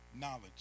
knowledge